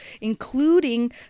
including